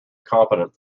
competent